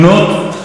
פצועים,